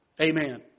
Amen